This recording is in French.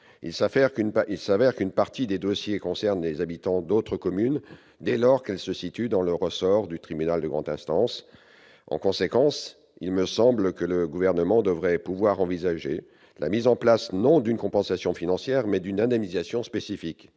il se trouve qu'une partie des dossiers concerne des habitants d'autres communes dès lors qu'elles se situent dans le ressort du tribunal de grande instance. En conséquence, il me semble que le Gouvernement devrait pouvoir envisager la mise en place non d'une compensation financière, mais d'une indemnisation spécifique.